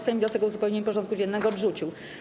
Sejm wniosek o uzupełnienie porządku dziennego odrzucił.